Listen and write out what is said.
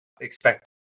expect